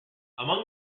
among